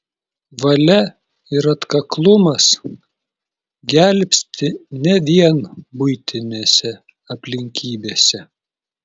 valia ir atkaklumas gelbsti ne vien buitinėse aplinkybėse